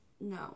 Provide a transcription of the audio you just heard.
no